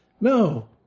No